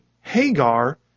Hagar